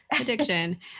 addiction